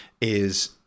is-